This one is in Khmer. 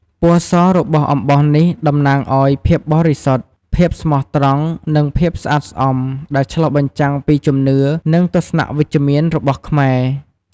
ពណ៌សរបស់អំបោះនេះតំណាងឱ្យភាពបរិសុទ្ធ ភាពស្មោះត្រង់ និងភាពស្អាតស្អំ ដែលឆ្លុះបញ្ចាំងពីជំនឿ និងទស្សនៈវិជ្ជមានរបស់ខ្មែរ។